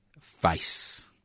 face